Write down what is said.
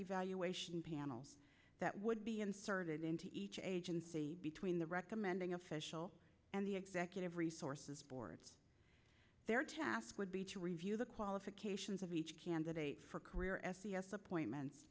evaluation panels that would be inserted into each agency between the recommending official and the executive resources board their task would be to review the qualifications of each candidate for career s e s appointments